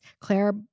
Claire